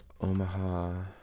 Omaha